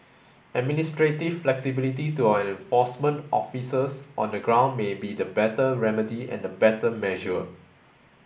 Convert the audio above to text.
administrative flexibility to our enforcement officers on the ground may be the better remedy and the better measure